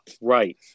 right